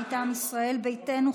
מטעם ישראל ביתנו,